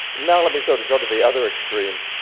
now let me sort of go to the other extreme,